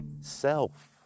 self